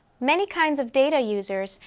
many kinds of data users,